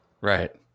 Right